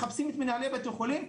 מחפשים את מנהלי בתי החולים,